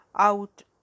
out